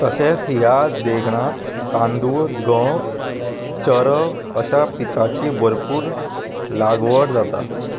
तशेंच ह्या देगणांत तांदूळ गंव चरव अश्या पिकाची भरपूर लागवड जाता